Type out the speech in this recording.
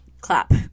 clap